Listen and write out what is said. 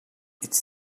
it’s